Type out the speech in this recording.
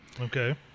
Okay